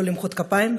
לא למחוא כפיים,